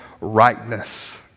rightness